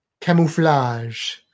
Camouflage